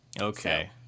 okay